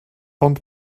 ond